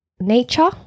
nature